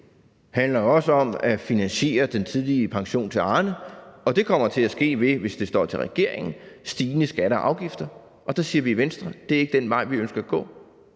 også handler om at finansiere den tidlige pension til Arne, og det kommer til at ske ved – hvis det står til regeringen – stigende skatter og afgifter. Der siger vi i Venstre: Det er ikke den vej, vi ønsker at gå.